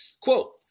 Quote